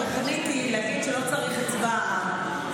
התוכנית היא להגיד שלא צריך את צבא העם,